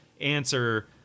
answer